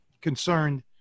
concerned